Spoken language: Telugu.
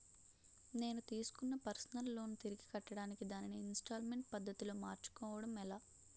నేను తిస్కున్న పర్సనల్ లోన్ తిరిగి కట్టడానికి దానిని ఇంస్తాల్మేంట్ పద్ధతి లో మార్చుకోవడం ఎలా?